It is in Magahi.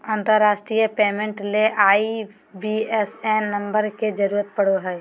अंतरराष्ट्रीय पेमेंट ले आई.बी.ए.एन नम्बर के जरूरत पड़ो हय